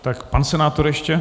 Tak pan senátor ještě.